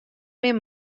mear